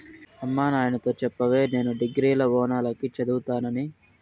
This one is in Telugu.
అమ్మ నాయనతో చెప్పవే నేను డిగ్రీల ఓనాల కి చదువుతానని